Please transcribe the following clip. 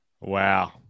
Wow